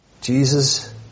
Jesus